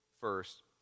First